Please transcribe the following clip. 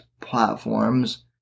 platforms